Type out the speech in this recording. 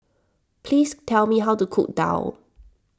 please tell me how to cook Daal